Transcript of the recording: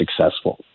successful